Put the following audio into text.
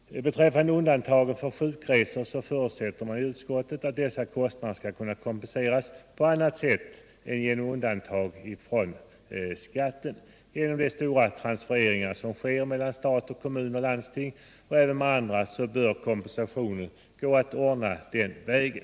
Beträffande undantagen för sjukresor förutsätter utskottet att dessa kostnader skall kunna kompenseras på annat sätt än genom undantag från skatten. Genom de stora transfereringar som sker mellan stat och kommun/ landsting och även andra, bör kompensation gå att ordna den vägen.